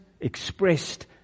expressed